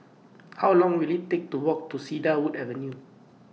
How Long Will IT Take to Walk to Cedarwood Avenue